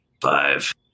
Five